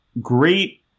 great